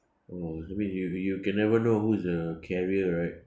oh you mean you you can ever know who is the carrier right